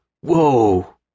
Whoa